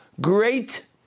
great